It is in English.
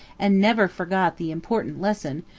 and never forgot the important lesson,